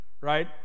right